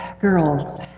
girls